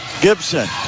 Gibson